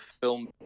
film